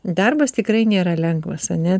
darbas tikrai nėra lengvas ane